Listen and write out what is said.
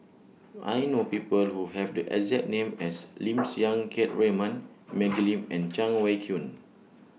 I know People Who Have The exact name as Lim Siang Keat Raymond Maggie Lim and Cheng Wai Keung